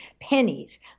pennies